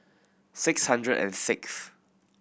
six hundred and sixth